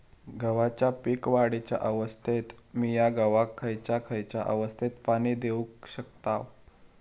गव्हाच्या पीक वाढीच्या अवस्थेत मिया गव्हाक खैयचा खैयचा अवस्थेत पाणी देउक शकताव?